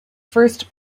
first